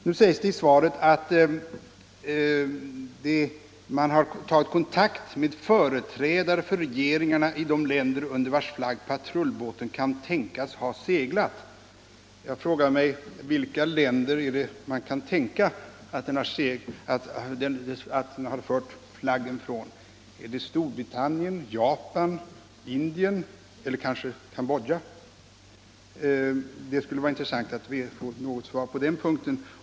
Nu sägs det i svaret att man har tagit kontakt med företrädare för regeringarna i de länder under vilkas flagg patrullbåten kan ha seglat. Jag frågar mig: Vilka länders flagg kan den ha fört? Är det Storbritanniens, Japans, Indiens eller kanske Cambodjas? Det skulle vara intressant att få något svar på den punkten.